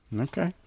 Okay